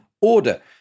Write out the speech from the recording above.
order